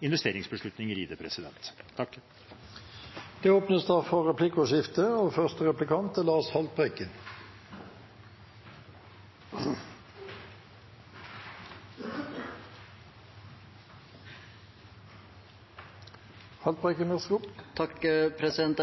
investeringsbeslutninger i det. Det blir replikkordskifte. Jeg